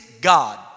God